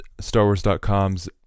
StarWars.com's